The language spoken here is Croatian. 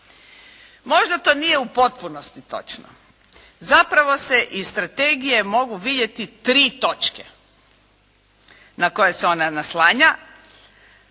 Možda to nije u potpunosti točno, zapravo se iz strategije mogu vidjeti tri točke na koje se ona naslanja,